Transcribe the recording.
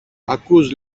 ακούς